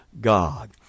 god